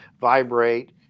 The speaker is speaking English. vibrate